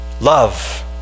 love